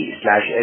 slash